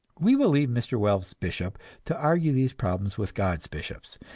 we will leave mr. wells' bishop to argue these problems with god's bishops,